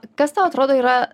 kas tau atrodo yra